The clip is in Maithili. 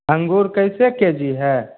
अङ्गूर कैसे के जी है